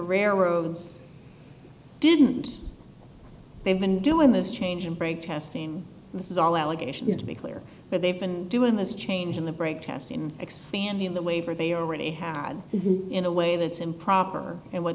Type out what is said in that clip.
rare roads didn't they've been doing this change and break testing this is all allegations to be clear but they've been doing this changing the brake testing expanding the way for they already had in a way that's improper and what